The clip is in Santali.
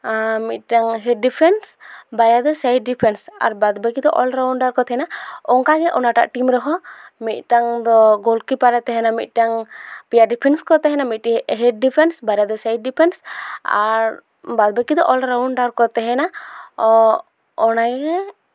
ᱟᱨ ᱢᱤᱫᱴᱟᱱ ᱦᱮᱰ ᱰᱤᱯᱷᱮᱱᱥ ᱵᱟᱨᱭᱟ ᱫᱚ ᱥᱟᱭᱤᱰ ᱰᱤᱯᱷᱮᱱᱥ ᱟᱨ ᱵᱟᱫ ᱵᱟᱹᱠᱤᱫᱚ ᱚᱞ ᱨᱟᱣᱩᱱᱰᱟᱨ ᱠᱚ ᱛᱟᱦᱮᱱᱟ ᱚᱱᱠᱟᱜᱮ ᱚᱱᱟᱴᱟᱜ ᱴᱤᱢ ᱨᱮᱦᱚᱸ ᱢᱤᱫᱴᱟᱱ ᱫᱚ ᱜᱳᱞᱠᱤᱯᱟᱨᱮ ᱛᱟᱦᱮᱱᱟ ᱢᱤᱫᱴᱮᱱ ᱯᱮᱭᱟ ᱰᱤᱯᱷᱮᱱᱥ ᱠᱚ ᱛᱟᱦᱮᱱᱟ ᱢᱤᱫᱴᱤᱡ ᱦᱮᱰ ᱰᱤᱯᱷᱮᱱᱥ ᱵᱟᱨᱭᱟ ᱫᱚ ᱥᱟᱭᱤᱰ ᱰᱤᱯᱷᱮᱱᱥ ᱟᱨ ᱵᱟᱫ ᱵᱟᱹᱠᱤ ᱫᱚ ᱚᱞ ᱨᱟᱣᱩᱱᱰᱟᱨ ᱠᱚ ᱛᱟᱦᱮᱱᱟ ᱚᱱᱟᱜᱮ